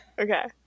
Okay